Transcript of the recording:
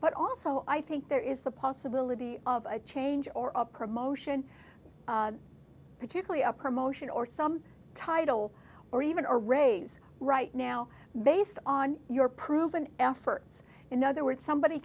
but also i think there is the possibility of a change or a promotion particularly a promotion or some title or even a raise right now based on your proven efforts in other words somebody